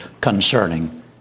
concerning